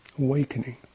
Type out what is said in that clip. awakening